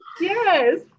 Yes